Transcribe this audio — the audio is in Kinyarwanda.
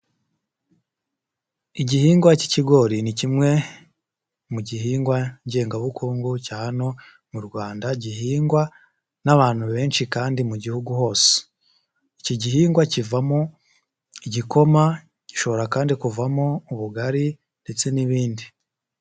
Igihingwa cy'ikigori ni kimwe mu gihingwa ngengabukungu cya hano mu Rwanda gihingwa n'abantu benshi kandi mu gihugu hose, iki gihingwa kivamo igikoma, gishobora kandi kuvamo ubugari ndetse n'ibindi.